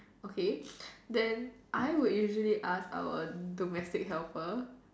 okay then I would usually ask our domestic helper